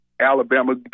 Alabama